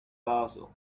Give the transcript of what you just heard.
basil